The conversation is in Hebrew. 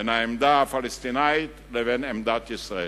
בין העמדה הפלסטינית לבין עמדת ישראל.